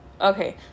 Okay